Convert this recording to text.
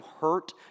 hurt